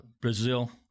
Brazil